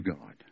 God